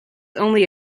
only